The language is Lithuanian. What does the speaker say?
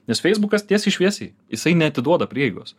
nes feisbukas tiesiai šviesiai jisai neatiduoda prieigos